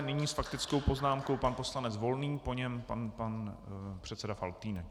Nyní s faktickou poznámkou pan poslanec Volný, po něm pan předseda Faltýnek.